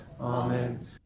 Amen